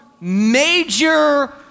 major